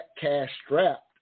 cash-strapped